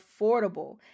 affordable